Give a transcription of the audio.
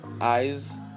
eyes